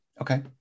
Okay